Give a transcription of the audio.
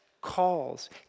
calls